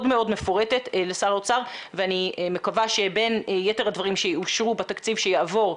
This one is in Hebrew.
מפורטת לשר האוצר ואני מקווה שבין יתר הדברים שיאושרו בתקציב שיעבור,